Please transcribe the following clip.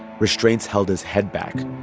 restraints held his head back.